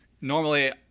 normally